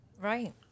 right